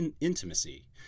intimacy